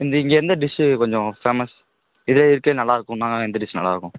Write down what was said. இங்கே இருந்த டிஷ்ஷு கொஞ்சம் ஃபேமஸ் இதே இருக்கதுலே நல்லாருக்கும்னால் எந்த டிஷ் நல்லாருக்கும்